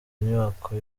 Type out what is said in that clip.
nyubako